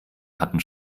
hatten